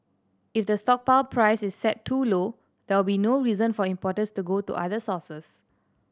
if the stockpile price is set too low there will be no reason for importers to go to other sources